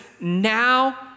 now